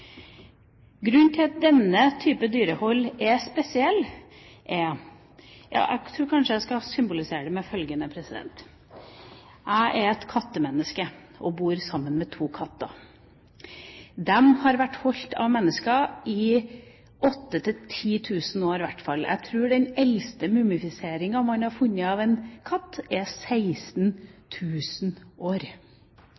Grunnen til at denne type dyrehold er spesiell, er – jeg tror kanskje jeg skal symbolisere det med følgende: Jeg er et kattemenneske og bor sammen med to katter. De har vært holdt av mennesker i 8 000–10 000 år, i hvert fall. Jeg tror den eldste mumifiseringa man har funnet av en katt, er 16